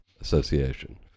Association